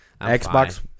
Xbox